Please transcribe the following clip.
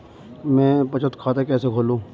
मैं बचत खाता कैसे खोलूं?